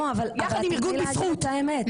לא, אבל את תיתני להגיד את האמת.